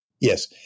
Yes